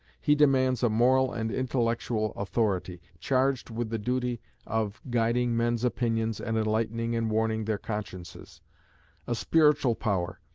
he demands a moral and intellectual authority, charged with the duty of guiding men's opinions and enlightening and warning their consciences a spiritual power,